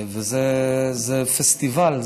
וזה פסטיבל.